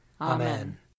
Amen